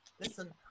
Listen